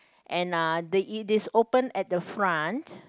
and uh the it is open at the front